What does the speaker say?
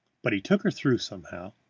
but he took her through somehow,